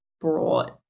brought